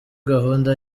gahunda